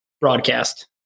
broadcast